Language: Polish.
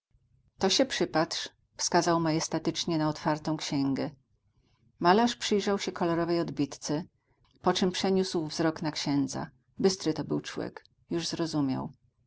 to się przypatrz wskazał majestatycznie na otwartą księgę malarz przyjrzał się kolorowej odbitce po czym przeniósł wzrok na księdza bystry to był człek już zrozumiał